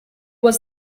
was